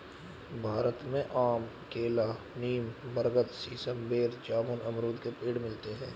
भारत में आम केला नीम बरगद सीसम बेर जामुन अमरुद के पेड़ मिलते है